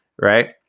Right